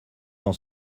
dans